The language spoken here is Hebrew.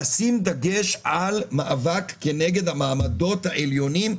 לשים דגש על מאבק כנגד המעמדות העליונים,